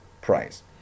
price